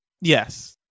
yes